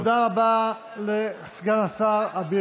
תודה רבה לסגן השר אביר קארה.